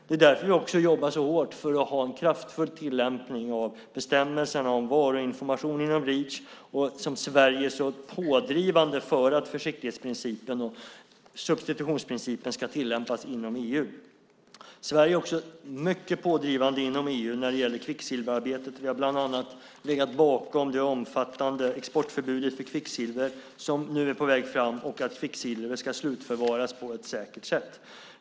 Det är därför vi jobbar så hårt för att ha en kraftfull tillämpning av bestämmelserna om varuinformation inom Reach, där Sverige är så pådrivande för att försiktighetsprincipen och substitutionsprincipen ska tillämpas inom EU. Sverige är också mycket pådrivande inom EU när det gäller kvicksilverarbetet. Vi har bland annat legat bakom det omfattande exportförbud för kvicksilver som nu är på väg fram och att kvicksilver ska slutförvaras på ett säkert sätt.